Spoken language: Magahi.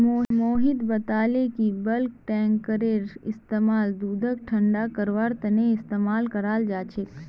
मोहित बताले कि बल्क टैंककेर इस्तेमाल दूधक ठंडा करवार तने इस्तेमाल कराल जा छे